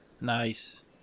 Nice